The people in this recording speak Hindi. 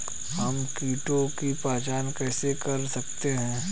हम कीटों की पहचान कैसे कर सकते हैं?